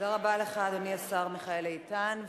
תודה רבה לך, אדוני השר מיכאל איתן.